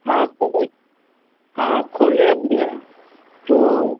हाँ खोले हाँ खोले हुए हैं तो